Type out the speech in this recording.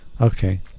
okay